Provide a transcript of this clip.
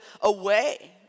away